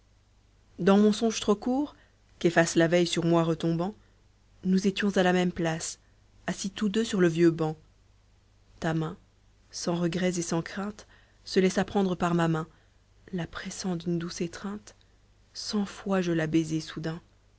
dans mon songe trop court qu'efface la veille sur moi retombant nous étions à la même place assis tous deux sur le vieux banc ta main sans regrets et sans crainte se laissa prendre par ma main la pressant d'une douce étreinte cent fois je la baisai soudain